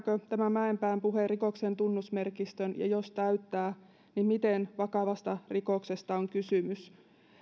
mäenpään puhe rikoksen tunnusmerkistön ja jos täyttää niin miten vakavasta rikoksesta on kysymys pevin arvion